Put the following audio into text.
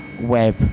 web